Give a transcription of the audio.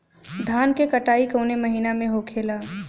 धान क कटाई कवने महीना में होखेला?